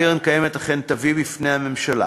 היה והקרן הקיימת אכן תביא בפני הממשלה